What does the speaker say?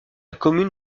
commune